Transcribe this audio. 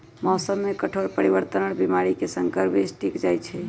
मौसम के कठोर परिवर्तन और बीमारी में संकर बीज टिक जाई छई